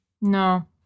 No